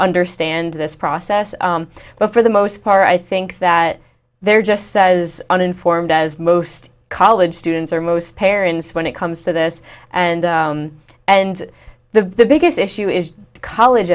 understand this process but for the most part i think that they're just says uninformed as most college students are most parents when it comes to this and and the biggest issue is college